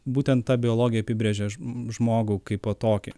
būtent ta biologija apibrėžia žmogų kaipo tokį